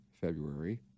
february